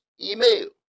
email